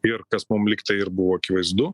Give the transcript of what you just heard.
ir kas mum lyg tai ir buvo akivaizdu